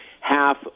half